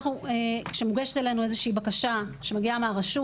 כשמוגשת אלינו איזושהי בקשה שמגישה מהרשות,